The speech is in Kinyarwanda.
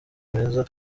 meza